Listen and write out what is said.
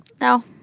No